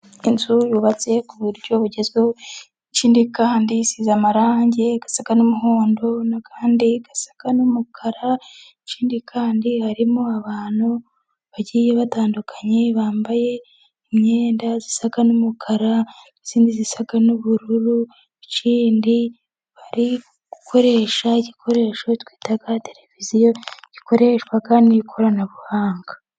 Inzu yubatse ku buryo bugezweho, ikindi kandi isize amarangi asa n'umuhondo n'ayandi asa n'umukara, ikindi kandi harimo abantu bagiye batandukanye bambaye imyenda isa n'umukara n'iyindi isa n'ubururu, ikindi bari gukoresha igikoresho twita televiziyo gikoreshwa n'ikoranabuhanga.